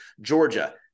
Georgia